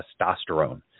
testosterone